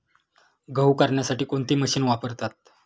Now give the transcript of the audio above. गहू करण्यासाठी कोणती मशीन वापरतात?